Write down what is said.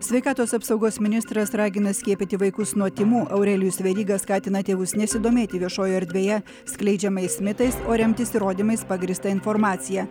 sveikatos apsaugos ministras ragina skiepyti vaikus nuo tymų aurelijus veryga skatina tėvus nesidomėti viešojoj erdvėje skleidžiamais mitais o remtis įrodymais pagrįsta informacija